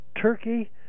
Turkey